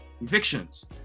evictions